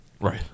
Right